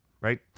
right